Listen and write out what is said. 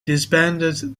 disbanded